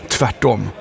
Tvärtom